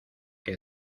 que